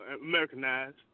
Americanized